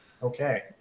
Okay